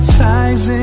ties